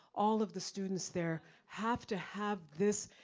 all of the students there, have to have this.